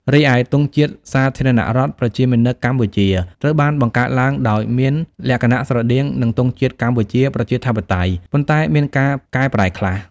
រីឯ ទង់ជាតិសាធារណរដ្ឋប្រជាមានិតកម្ពុជា ត្រូវបានបង្កើតឡើងដោយមានលក្ខណៈស្រដៀងនឹងទង់ជាតិកម្ពុជាប្រជាធិបតេយ្យ ប៉ុន្តែមានការកែប្រែខ្លះ។